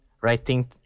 writing